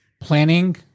planning